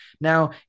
Now